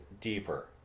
deeper